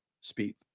Speed